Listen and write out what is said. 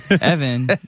Evan